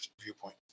viewpoint